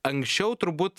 anksčiau turbūt